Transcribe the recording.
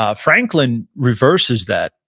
ah franklin reverses that,